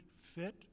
fit